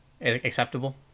acceptable